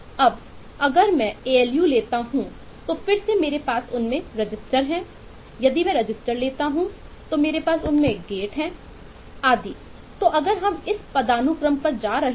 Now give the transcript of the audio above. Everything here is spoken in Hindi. अब अगर मैं ए एल यू लेता हूं तो मेरे पास उनमें गेट हैं आदि तो अगर हम इस पदानुक्रम पर जा रहे हैं